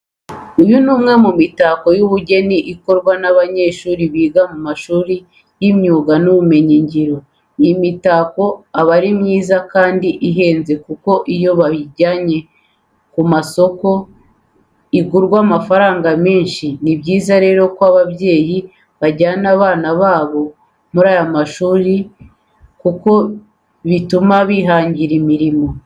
Uyu ni umwe mu mitako y'ubugeni ikorwa n'abanyeshuri biga mu mashuri y'imyuga n'ubumenyungiro. Iyi mitako aba ari myiza kandi ihenze kuko iyo bayijyanye ku masoko igurwa amafaranga menshi. Ni byiza rero ko ababyeyi bajyana abana babo muri aya mashuri kuko butuma bihangira imirimo.